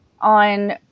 on